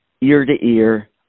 ear-to-ear